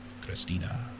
Christina